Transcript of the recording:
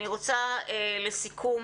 אני רוצה לסיכום,